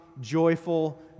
joyful